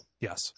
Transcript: Yes